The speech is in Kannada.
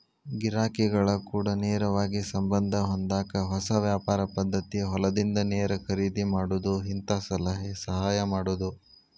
ಗಿರಾಕಿಗಳ ಕೂಡ ನೇರವಾಗಿ ಸಂಬಂದ ಹೊಂದಾಕ ಹೊಸ ವ್ಯಾಪಾರ ಪದ್ದತಿ ಹೊಲದಿಂದ ನೇರ ಖರೇದಿ ಮಾಡುದು ಹಿಂತಾ ಸಲಹೆ ಸಹಾಯ ಮಾಡುದು